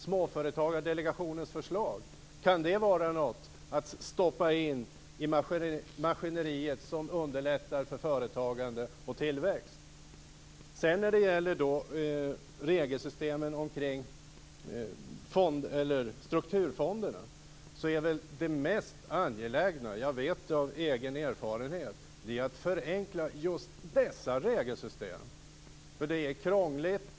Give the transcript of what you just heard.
Småföretagsdelegationens förslag, kan det vara något att stoppa in i maskineriet för att underlätta för företagande och tillväxt? Det mest angelägna är att förenkla regelsystemen för strukturfonderna. Det vet jag av egen erfarenhet. Det är krångligt.